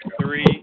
three